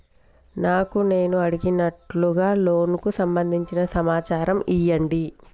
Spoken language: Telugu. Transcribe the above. నాకు నేను అడిగినట్టుగా లోనుకు సంబందించిన సమాచారం ఇయ్యండి?